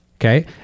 Okay